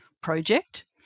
project